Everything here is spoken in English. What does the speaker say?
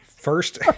First